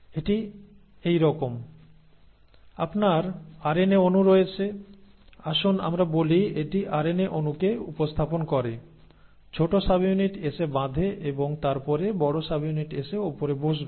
এটি এই রকম আপনার আরএনএ অণু রয়েছে আসুন আমরা বলি এটি আরএনএ অণুকে উপস্থাপন করে ছোট সাবইউনিট এসে বাঁধে এবং তারপরে বড় সাবইউনিট এসে উপরে বসবে